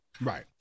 Right